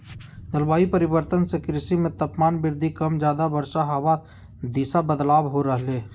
जलवायु परिवर्तन से कृषि मे तापमान वृद्धि कम ज्यादा वर्षा हवा दिशा बदलाव हो रहले